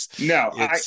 No